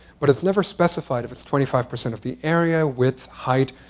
but it's never specified if it's twenty five percent of the area, width, height.